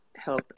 Help